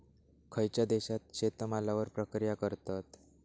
खयच्या देशात शेतमालावर प्रक्रिया करतत?